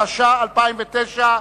התש"ע 2009,